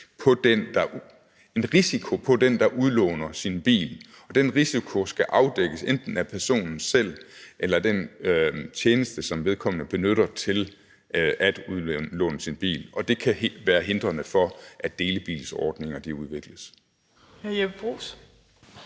af risikoen for den, der udlåner sin bil, og den risiko skal afdækkes enten af personen selv eller den tjeneste, som vedkommende benytter til at udlåne sin bil. Og det kan være hindrende for, at delebilsordninger udvikles.